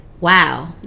Wow